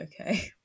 okay